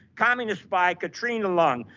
communists by katrina long.